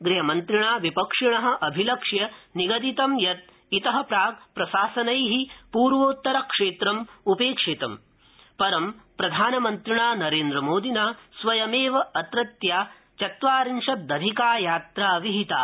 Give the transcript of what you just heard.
गृहमन्त्रिणा विपक्षिण अभिलक्ष्य निगदित यत् इत प्राक् प्रशासना प्र्वोत्तर क्षेत्रम् उपेक्षितं परं प्रधानमन्त्रिणा नरेन्द्रमोदिना स्वयमेव अत्रत्या चत्वारिशदधिका यात्रा विहिता